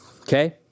okay